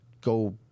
go